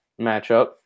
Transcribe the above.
matchup